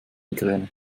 migräne